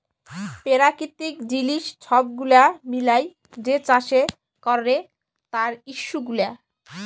পেরাকিতিক জিলিস ছব গুলা মিলাঁয় যে চাষ ক্যরে তার ইস্যু গুলা